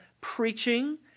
preaching